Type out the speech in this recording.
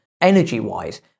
energy-wise